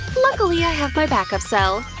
luckily i have my backup cell.